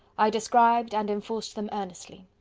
i described, and enforced them earnestly.